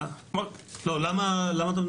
למה?